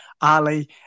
Ali